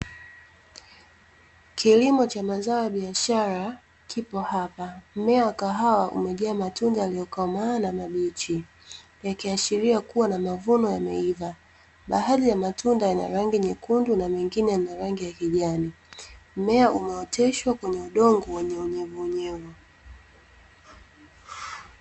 Kilimo cha mazao ya biashara kipo hapa, mmea wa kahawa umejaa matunda yaliyokomaa na mabichi, yakiashiria kuwa na mavuno yameiva, baadhi ya matunda yana rangi nyekundu na mengine yana rangi ya kijani. Mmea umeoteshwa kwenye udongo wenye unyevunyevu.